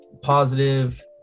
positive